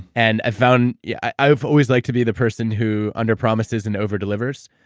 and i found, yeah i've always liked to be the person who under promising and over delivers,